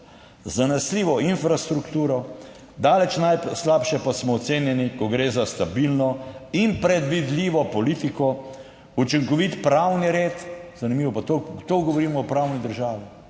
zanesljivo infrastrukturo, daleč najslabše pa smo ocenjeni, ko gre za stabilno in predvidljivo politiko, učinkovit pravni red, zanimivo pa to govorimo o pravni državi,